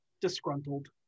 disgruntled